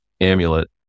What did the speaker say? amulet